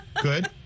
good